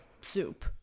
soup